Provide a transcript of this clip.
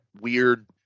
weird